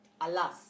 alas